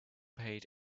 paid